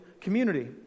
community